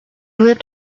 lived